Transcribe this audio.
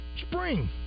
Spring